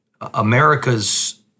America's